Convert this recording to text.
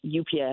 UPS